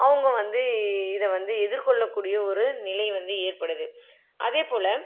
அவங்க வந்து இதை வந்து எதிர்கொள்ளக்கூடிய ஒரு நிலை வந்து ஏற்படுது அதேபோல